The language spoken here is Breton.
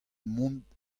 mont